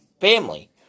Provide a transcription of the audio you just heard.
family